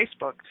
Facebook